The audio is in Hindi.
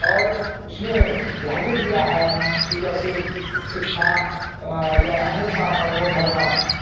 और उसमें यह भी दिया है कि जैसे शिक्षा या अहिंसा परमोधर्मः